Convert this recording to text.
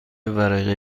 ورقه